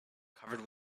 covered